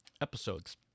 episodes